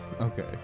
Okay